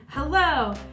Hello